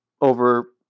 over